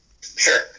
Sure